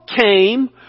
came